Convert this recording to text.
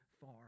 far